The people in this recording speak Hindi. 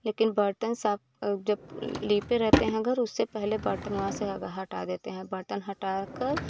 लेकिन बर्तन साफ़ जब लीपते रहते हैं घर उससे पहले बर्तन वहाँ से हटा देते हैं बर्टन हटाकर